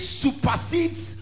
supersedes